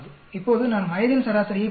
இப்போது நான் வயதின் சராசரியைப் பார்க்கிறேன்